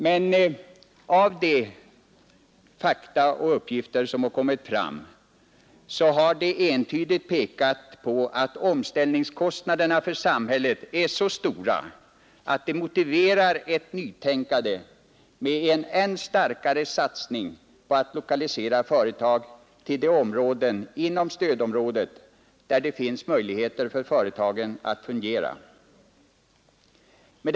Men de uppgifter och fakta som hittills föreligger har entydigt pekat på att omställningskostnaderna för samhället är så stora att de motiverar ett nytänkande med än starkare satsning på att lokalisera företag till de områden inom stödområdet där det finns möjligheter för företagen att fungera. Med.